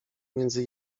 między